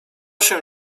się